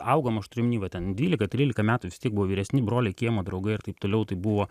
augom aš turiu omeny va ten dvylika trylika metų vis tiek buvo vyresni broliai kiemo draugai ir taip toliau tai buvo